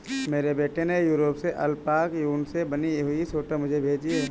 मेरे बेटे ने यूरोप से अल्पाका ऊन से बनी हुई स्वेटर मुझे भेजी है